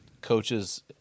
coaches